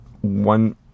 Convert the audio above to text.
one